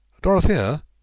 Dorothea